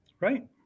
Right